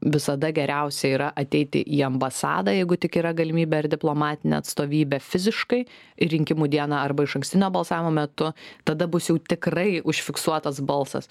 visada geriausia yra ateiti į ambasadą jeigu tik yra galimybė ar diplomatinę atstovybę fiziškai rinkimų dieną arba išankstinio balsavimo metu tada bus jau tikrai užfiksuotas balsas